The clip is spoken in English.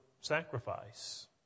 sacrifice